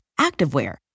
activewear